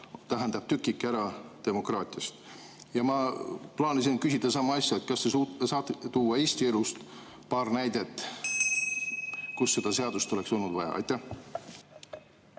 tähendab tükikest ära demokraatiast. Ma plaanisin küsida sama asja: kas te saate tuua Eesti elust paar näidet, kus seda seadust oleks olnud vaja? Aitäh,